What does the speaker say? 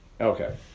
Okay